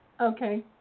Okay